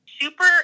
super